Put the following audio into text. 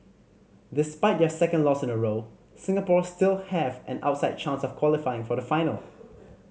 despite their second loss in a row Singapore still have an outside chance of qualifying for the final